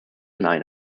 nine